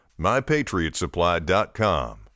MyPatriotSupply.com